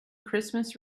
christmas